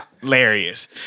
Hilarious